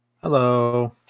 Hello